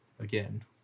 again